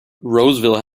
roseville